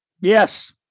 yes